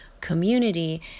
community